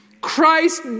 Christ